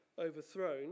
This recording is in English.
overthrown